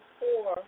four